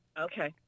Okay